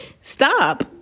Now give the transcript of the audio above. Stop